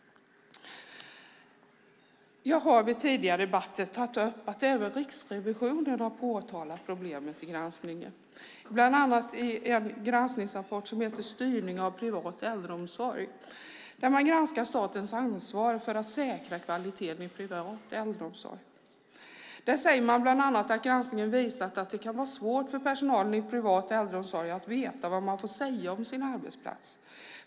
Jag har vid tidigare debatter tagit upp att även Riksrevisionen har påtalat problemet med granskningen, bland annat i en granskningsrapport om styrningen av privat äldreomsorg där man granskar statens ansvar för att säkra kvaliteten i privat äldreomsorg. Man säger bland annat att granskningen visat att det kan vara svårt för personalen i privat äldreomsorg att veta vad man får säga om sin arbetsplats.